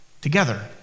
together